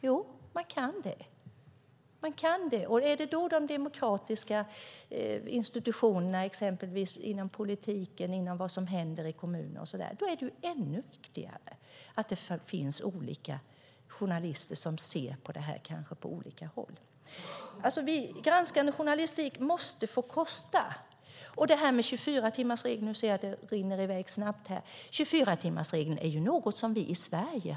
Jo, man kan det, och handlar det då om de demokratiska institutionerna inom politiken är det ännu viktigare att det finns journalister som ser på det hela på olika sätt. Granskande journalistik måste få kosta. 24-timmarsregeln är något som vi har i Sverige.